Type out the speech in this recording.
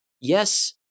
Yes